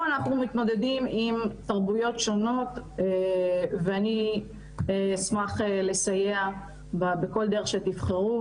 פה אנחנו מתמודדים עם תרבויות שונות ואני אשמח לסייע בכל דרך שתבחרו,